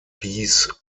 hieß